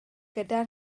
gyda